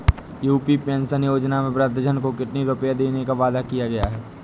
UP pension योजना में वृद्धजन को कितनी रूपये देने का वादा किया गया है?